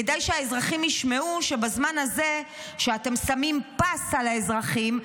כדאי שהאזרחים ישמעו מה קורה בזמן הזה שאתם שמים פס על האזרחים,